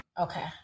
okay